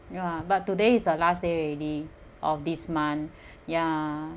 ya but today is the last day already of this month ya